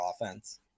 offense